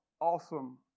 awesome